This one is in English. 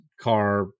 car